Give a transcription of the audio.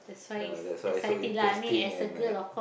ya that's why it's so interesting and I